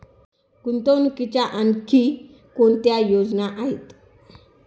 गुंतवणुकीच्या आणखी कोणत्या योजना आहेत?